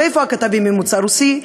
ואיפה הכתבים ממוצא רוסי?